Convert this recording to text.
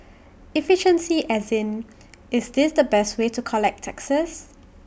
efficiency as in is this the best way to collect taxes